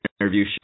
interview